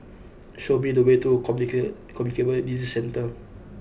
show me the way to Comunicate Communicable Disease Centre